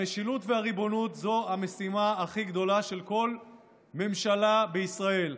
המשילות והריבונות הן המשימה הכי גדולה של כל ממשלה בישראל.